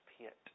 pit